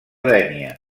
dénia